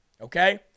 okay